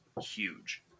huge